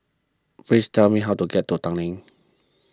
please tell me how to get to Tanglin